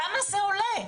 כמה זה עולה?